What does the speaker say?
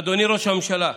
אדוני ראש הממשלה,